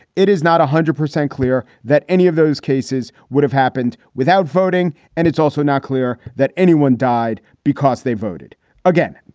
it is not one hundred percent clear that any of those cases would have happened without voting. and it's also not clear that anyone died because they voted again.